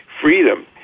Freedom